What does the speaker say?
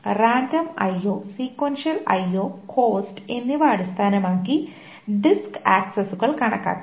random IO sequential IO cost എന്നിവ അടിസ്ഥാനമാക്കി disk ആക്സസ്സുകൾ കണക്കാക്കാം